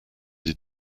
des